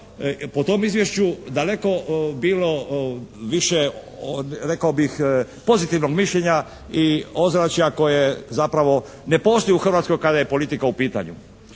po tom izvješću daleko bilo više rekao bih pozitivnog mišljenja i ozračja koje zapravo ne postoji u Hrvatskoj kada je politika u pitanju.